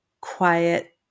quiet